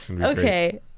okay